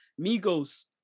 Migos